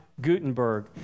Gutenberg